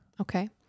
Okay